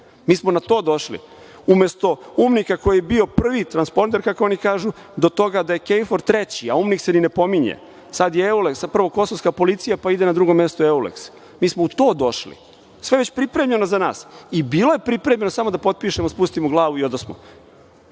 smo na to došli. Umesto UNMIK koji je bio prvi transponder, kako oni kažu, do toga da je KFOR treći, a UNMIK se ni ne pominje. Sad je EULEKS, zapravo Kosovska policija, pa ide na drugo mesto EULEKS. Mi smo u to došli, sve je već pripremljeno za nas i bilo je pripremljeno, samo da potpišemo, spustimo glavu i odosmo. Odbili